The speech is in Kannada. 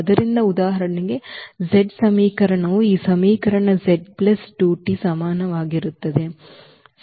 ಆದ್ದರಿಂದ ಉದಾಹರಣೆಗೆ z ಸಮೀಕರಣವು ಈ ಸಮೀಕರಣ z ಪ್ಲಸ್ 2 t ಸಮನಾಗಿರುತ್ತದೆ 0